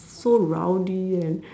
so rowdy and